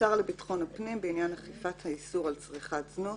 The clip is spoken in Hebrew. השר לביטחון הפנים בעניין אכיפת האיסור על צריכת זנות,